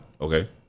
okay